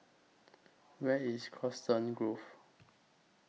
Where IS Coniston Grove